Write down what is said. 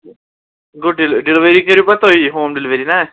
گوٚو ڈِل ڈِلؤری کٔرِو پَتہٕ تُہۍ یہِ ہوٗم ڈِلؤری نا